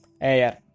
air